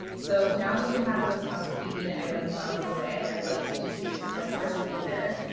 so now that we have those housekeeping items out of the way, i'd like to introduce our first speaker.